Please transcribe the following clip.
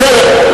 בסדר.